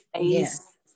Yes